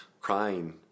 Crying